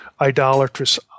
idolatrous